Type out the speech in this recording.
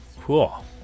cool